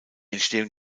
entstehung